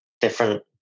different